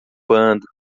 bando